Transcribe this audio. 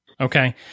okay